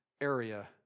area